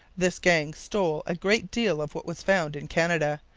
this gang stole a great deal of what was found in canada,